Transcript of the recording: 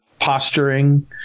posturing